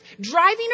driving